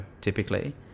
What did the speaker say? typically